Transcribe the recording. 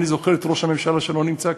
אני זוכר את ראש הממשלה, שלא נמצא כאן,